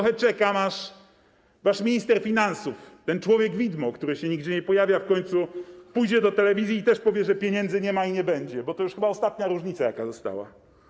Czekam, aż wasz minister finansów, ten człowiek widmo, który się nigdzie nie pojawia, w końcu pójdzie do telewizji i też powie, że pieniędzy nie ma i nie będzie - bo to już chyba ostatnia różnica, jaka została.